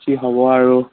কি হ'ব আৰু